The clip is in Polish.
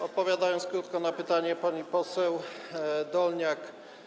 Odpowiem krótko na pytanie pani poseł Dolniak.